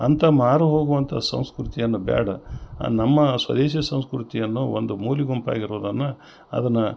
ಅಂತ ಮಾರುಹೋಗುವಂಥ ಸಂಸ್ಕೃತಿಯನ್ನ ಬ್ಯಾಡ ನಮ್ಮ ಸ್ವದೇಶಿಯ ಸಂಸ್ಕೃತಿಯನ್ನು ಒಂದು ಮೂಲಿ ಗುಂಪು ಆಗಿರೋದನ್ನ ಅದನ್ನ